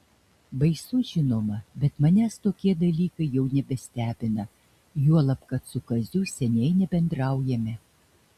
baisu žinoma bet manęs tokie dalykai jau nebestebina juolab kad su kaziu seniai nebendraujame